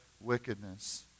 wickedness